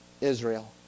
Israel